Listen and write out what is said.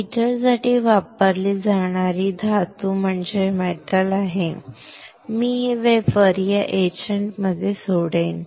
हीटरसाठी वापरली जाणारी धातू आहे मी हे वेफर या एचंटमध्ये सोडेन